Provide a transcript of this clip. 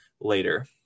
later